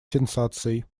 сенсацией